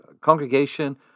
congregation